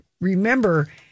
remember